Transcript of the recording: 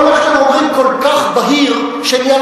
כל מה שאתם אומרים כל כך בהיר שנהיה